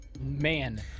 Man